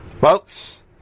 Folks